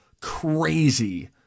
crazy